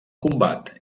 combat